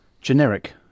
Generic